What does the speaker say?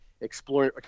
exploring